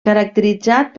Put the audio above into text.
caracteritzat